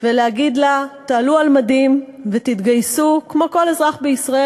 ולהגיד לה: תעלו על מדים ותתגייסו כמו כל אזרח בישראל,